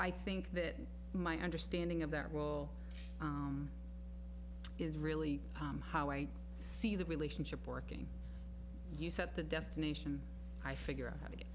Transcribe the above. i think that my understanding of that role is really how i see that relationship working you set the destination i figure out how to get